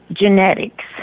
genetics